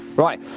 right,